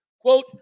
Quote